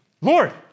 Lord